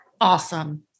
Awesome